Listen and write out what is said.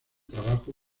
trabajo